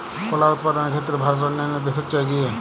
কলা উৎপাদনের ক্ষেত্রে ভারত অন্যান্য দেশের চেয়ে এগিয়ে